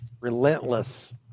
Relentless